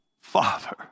Father